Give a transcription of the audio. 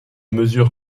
mesure